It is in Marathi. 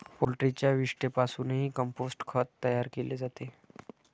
पोल्ट्रीच्या विष्ठेपासूनही कंपोस्ट खत तयार केले जाते